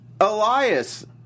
Elias